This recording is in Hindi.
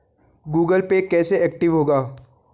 गूगल पे कैसे एक्टिव होगा?